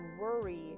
worry